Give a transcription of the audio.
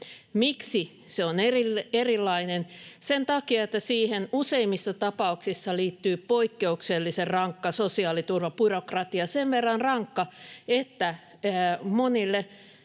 Miksi se on erilainen? Sen takia, että siihen useimmissa tapauksissa liittyy poikkeuksellisen rankka sosiaaliturvabyrokratia, sen verran rankka, että monille